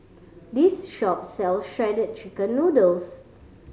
this shop sells Shredded Chicken Noodles